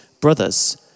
brothers